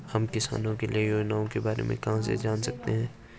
हम किसानों के लिए योजनाओं के बारे में कहाँ से जान सकते हैं?